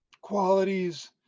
qualities